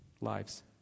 lives